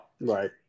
Right